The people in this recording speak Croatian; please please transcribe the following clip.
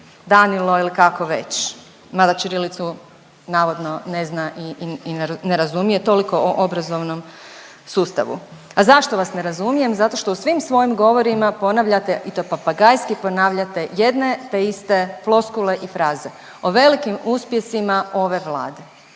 Danilo ili kako već mada ćirilicu navodno ne zna i ne razumije, toliko o obrazovnom sustavu. A zašto vas ne razumijem? Zato što u svim svojim govorima ponavljate i to papagajski ponavljate jedne te iste floskule i fraze o velikim uspjesima ove Vlade.